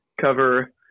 cover